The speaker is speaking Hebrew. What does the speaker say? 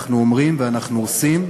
אנחנו אומרים ואנחנו עושים.